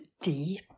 deep